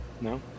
no